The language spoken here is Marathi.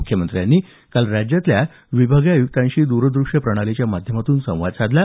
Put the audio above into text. मुख्यमंत्र्यांनी काल राज्यातल्या विभागीय आय्क्तांशी द्रदृश्य प्रणालीच्या माध्यमातून संवाद साधला